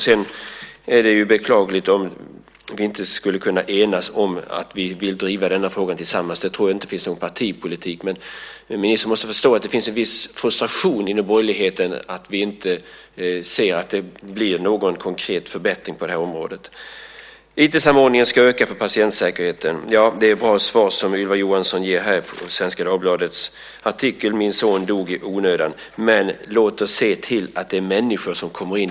Det är beklagligt om vi inte skulle kunna enas om att vi vill driva denna fråga tillsammans: Jag tror inte att det finns någon partipolitik i detta. Men ministern måste förstå att det finns viss frustration inom borgerligheten. Vi ser inte att det blir någon konkret förbättring på området. IT-samordningen ska öka för patientsäkerhetens skull. Det är bra svar som Ylva Johansson ger här i Svenska Dagbladets artikel med rubriken Min son dog i onödan. Men låt oss se till att det kommer människor in.